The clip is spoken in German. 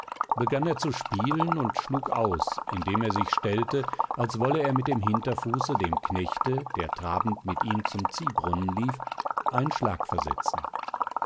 begann er zu spielen und schlug aus indem er sich stellte als wolle er mit dem hinterfuße dem knechte der trabend mit ihm zum ziehbrunnen lief einen schlag versetzen